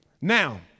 Now